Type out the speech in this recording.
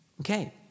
Okay